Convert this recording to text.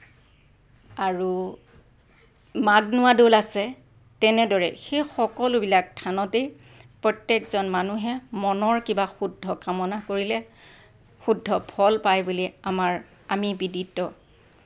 আৰু মাঘনোৱা দৌল আছে তেনেদৰে সেই সকলোবিলাক স্থানতেই প্ৰত্যেকজন মানুহেই মনৰ কিবা শুদ্ধ কামনা কৰিলে শুদ্ধ ফল পায় বুলি আমাৰ আমি বিদিত